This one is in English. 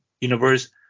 universe